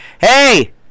Hey